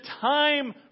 time